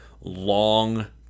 long